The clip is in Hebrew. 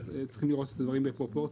צריכים לראות את הדברים בפרופורציה.